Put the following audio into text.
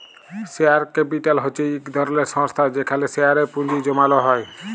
share capital হছে ইক ধরলের সংস্থা যেখালে শেয়ারে পুঁজি জ্যমালো হ্যয়